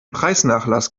preisnachlass